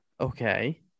Okay